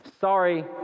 Sorry